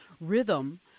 rhythm